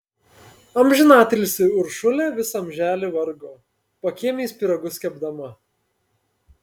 amžinatilsį uršulė visą amželį vargo pakiemiais pyragus kepdama